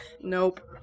Nope